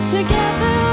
Together